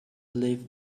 live